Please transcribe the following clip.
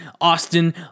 Austin